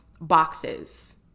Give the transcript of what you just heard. boxes